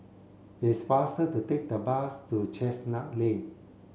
it's faster to take the bus to Chestnut Lane